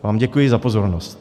Já vám děkuji za pozornost.